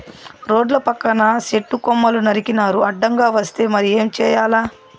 రోడ్ల పక్కన సెట్టు కొమ్మలు నరికినారు అడ్డంగా వస్తే మరి ఏం చేయాల